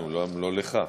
לנו, לא לך.